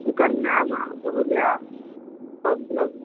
सुकन्या म हो गया मतलब